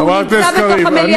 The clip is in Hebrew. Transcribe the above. הוא נמצא במליאה,